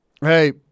hey